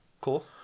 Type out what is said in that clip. Cool